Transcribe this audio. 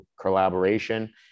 collaboration